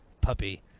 puppy